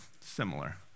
similar